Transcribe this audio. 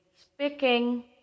speaking